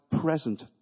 present